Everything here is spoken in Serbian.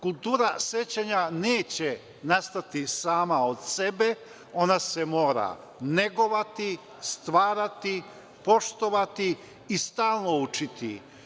Kultura sećanja neće nastati sama od sebe, ona se mora negovati, stvarati, poštovati i stalno učiti.